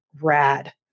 Rad